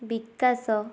ବିକାଶ